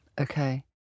Okay